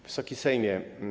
Wysoki Sejmie!